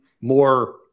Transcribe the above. more